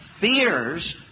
fears